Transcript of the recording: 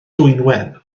dwynwen